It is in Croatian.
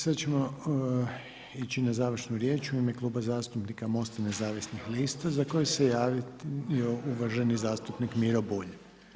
Sada ćemo ići na završnu riječ u ime Kluba zastupnika Most-a nezavisnih lista za koje se javio uvaženi zastupnik Miro Bulj.